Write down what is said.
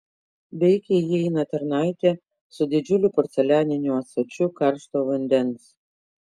veikiai įeina tarnaitė su didžiuliu porcelianiniu ąsočiu karšto vandens